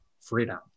freedom